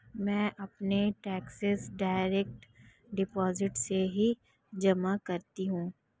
मैं अपने taxes direct deposit से ही जमा करती हूँ